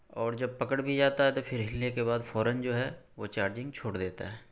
اور جب پکڑ بھی جاتا ہے تو پھر ہلنے کے بعد فوراً جو ہے وہ چارجنگ چھوڑ دیتا ہے